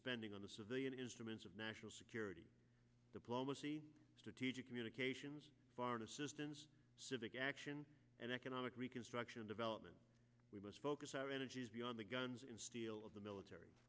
spending on the civilian is a means of national security diplomacy strategic communications foreign assistance civic action and economic reconstruction development we must focus our energies beyond the guns in steel of the military